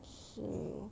是